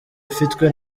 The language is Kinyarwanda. ufitwe